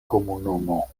komunumo